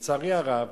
ולצערי הרב,